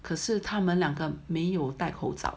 可是他们两个没有戴口罩